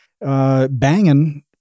banging